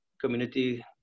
community